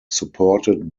supported